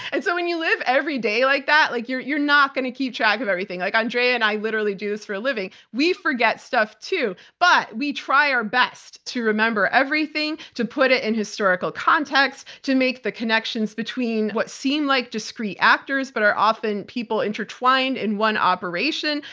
and so when you live every day like that, like you're you're not going to keep track of everything, like andrea and i literally do for a living. we forget stuff, too, but we try our best to remember everything, to put it in historical context, to make the connections between what seemed like discrete actors, but are often people intertwined in one operation,